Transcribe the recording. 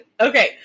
Okay